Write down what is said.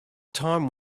time